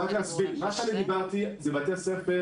בתי הספר שעליהם דיברתי הם בתי ספר